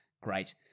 Great